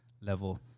level